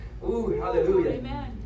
hallelujah